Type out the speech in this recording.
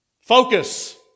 Focus